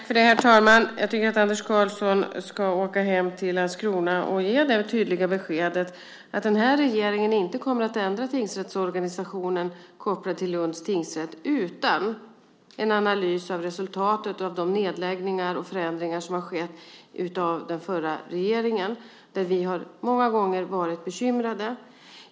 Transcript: Herr talman! Jag tycker att Anders Karlsson ska åka hem till Landskrona och ge det tydliga beskedet att regeringen inte kommer att ändra tingsrättsorganisationen kopplad till Lunds tingsrätt utan en analys av resultatet av de nedläggningar och förändringar som har gjorts av den förra regeringen. Vi har många gånger varit bekymrade.